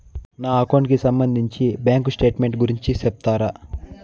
నా అకౌంట్ కి సంబంధించి బ్యాంకు స్టేట్మెంట్ గురించి సెప్తారా